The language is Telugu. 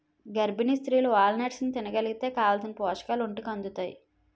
గర్భిణీ స్త్రీలు వాల్నట్స్ని తినగలిగితే కావాలిసిన పోషకాలు ఒంటికి అందుతాయి